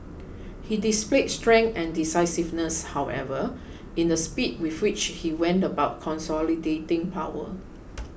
he displayed strength and decisiveness however in the speed with which he went about consolidating power